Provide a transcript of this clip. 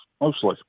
mostly